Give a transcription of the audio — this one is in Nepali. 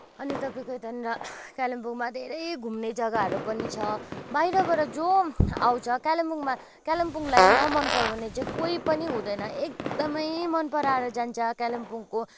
अनि तपाईँको यतानिर कालिम्पोङमा धेरै घुम्ने जग्गाहरू पनि छ बाहिरबाट जो आउँछ कालिम्पोङमा कालिम्पोङलाई न मन पराउने कोही पनि हुँदैन एकदमै मन पराएर जान्छ कालिम्पोङको